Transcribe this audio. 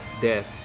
death